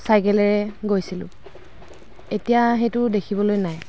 চাইকেলেৰে গৈছিলোঁ এতিয়া সেইটো দেখিবলৈ নাই